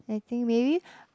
I think maybe